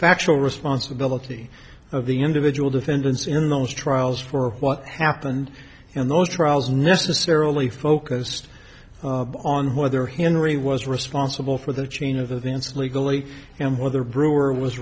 factual responsibility of the individual defendants in those trials for what happened in those trials necessarily focused on whether hillary was responsible for the chain of events legally and whether brewer was